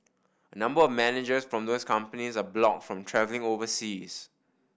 a number of managers from those companies are blocked from travelling overseas